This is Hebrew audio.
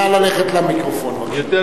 נא ללכת למיקרופון, בבקשה.